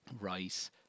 rice